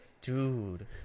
Dude